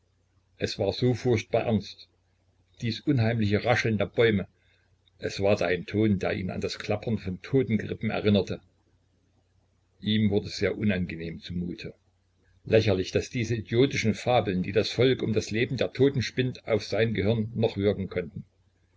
es war so furchtbar ernst dies unheimliche rascheln der bäume es war da ein ton der ihn an das klappern von totengerippen erinnerte ihm wurde sehr unangenehm zu mute lächerlich daß diese idiotischen fabeln die das volk um das leben der toten spinnt auf sein gehirn noch wirken konnten